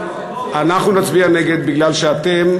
אנחנו נצביע נגד בגלל שאתם,